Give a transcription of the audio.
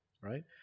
right